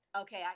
Okay